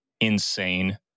insane